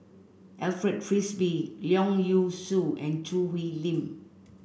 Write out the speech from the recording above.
Alfred Frisby Leong Yee Soo and Choo Hwee Lim